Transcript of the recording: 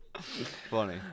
funny